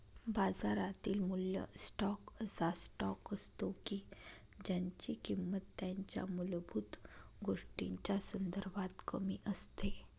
बाजारातील मूल्य स्टॉक असा स्टॉक असतो की ज्यांची किंमत त्यांच्या मूलभूत गोष्टींच्या संदर्भात कमी असते